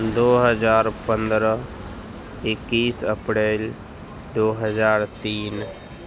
دو ہزار پندرہ اکیس اپڑیل دو ہزار تین